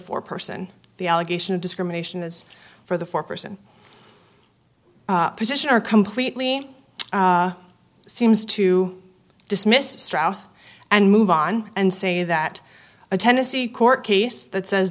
four person the allegation of discrimination as for the foreperson position are completely seems to dismiss strauss and move on and say that a tennessee court case that says